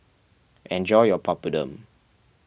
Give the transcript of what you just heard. enjoy your Papadum